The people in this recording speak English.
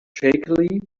shakily